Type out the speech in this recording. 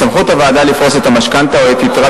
בסמכות הוועדה לפרוס את המשכנתה או את יתרת